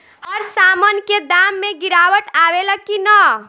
हर सामन के दाम मे गीरावट आवेला कि न?